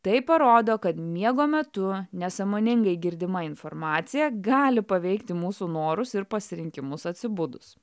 tai parodo kad miego metu nesąmoningai girdima informacija gali paveikti mūsų norus ir pasirinkimus atsibudus